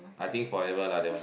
I think forever lah that one